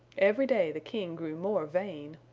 every day the king grew more vain.